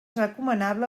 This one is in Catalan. recomanable